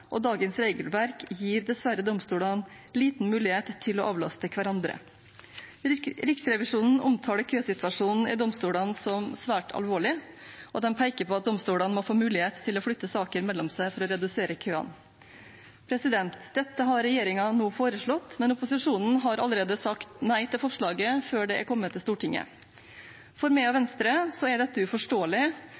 og dagens regelverk gir dessverre domstolene liten mulighet til å avlaste hverandre. Riksrevisjonen omtaler køsituasjonen ved domstolene som svært alvorlig, og de peker på at domstolene må få mulighet til å flytte saker mellom seg for å redusere køene. Dette har regjeringen nå foreslått, men opposisjonen har allerede sagt nei til forslaget før det er kommet til Stortinget. For meg og Venstre er dette uforståelig,